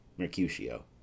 Mercutio